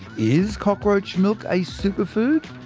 is cockroach milk a superfood?